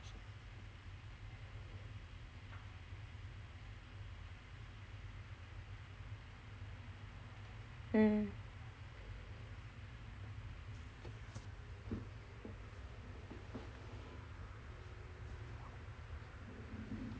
mm